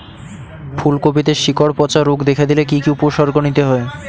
ফুলকপিতে শিকড় পচা রোগ দেখা দিলে কি কি উপসর্গ নিতে হয়?